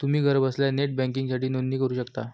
तुम्ही घरबसल्या नेट बँकिंगसाठी नोंदणी करू शकता